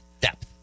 depth